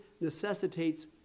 necessitates